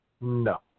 No